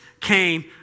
came